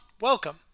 welcome